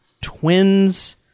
twins